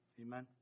Amen